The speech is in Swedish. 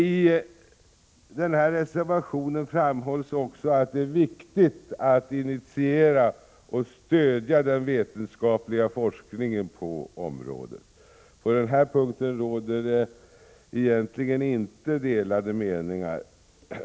I denna reservation framhålls också att det är viktigt att initiera och stödja den vetenskapliga forskningen på området. På denna punkt råder egentligen inte delade meningar.